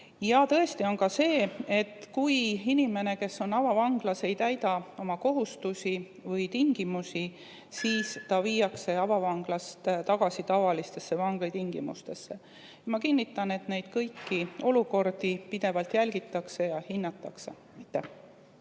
Tõesti on ka nii, et kui inimene, kes on avavanglas, ei täida oma kohustusi või tingimusi, siis ta viiakse avavanglast tagasi tavalistesse vanglatingimustesse. Ma kinnitan, et kõiki neid olukordi pidevalt jälgitakse ja hinnatakse.